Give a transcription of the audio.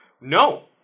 No